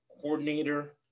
coordinator